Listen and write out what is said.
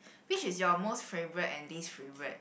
which is your most favourite and least favourite